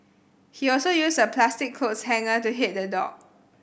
he also used a plastic clothes hanger to hit the dog